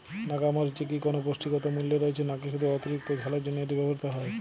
নাগা মরিচে কি কোনো পুষ্টিগত মূল্য রয়েছে নাকি শুধু অতিরিক্ত ঝালের জন্য এটি ব্যবহৃত হয়?